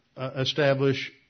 establish